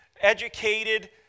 educated